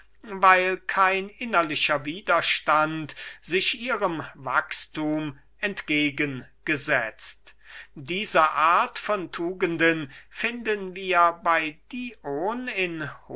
weil kein innerlicher widerstand sich ihrem wachstum entgegensetzt diese art von tugenden finden wir bei